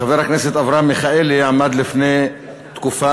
חבר הכנסת אברהם מיכאלי עמד לפני תקופה,